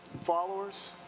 Followers